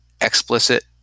explicit